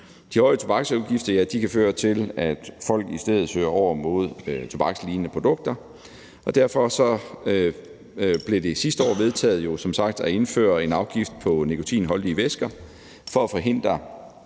De høje tobaksafgifter kan føre til, at folk i stedet søger over mod tobakslignende produkter, og derfor blev det jo som sagt sidste år vedtaget at indføre en afgift på nikotinholdige væsker for at forhindre,